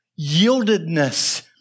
yieldedness